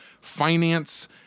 finance